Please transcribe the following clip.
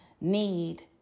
need